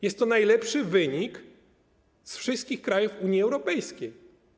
Jest to najlepszy wynik ze wszystkich krajów Unii Europejskiej.